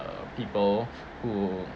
uh people who